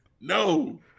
No